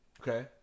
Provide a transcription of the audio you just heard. Okay